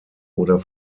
oder